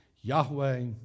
Yahweh